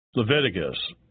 Leviticus